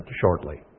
shortly